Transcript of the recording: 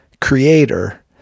creator